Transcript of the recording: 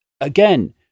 again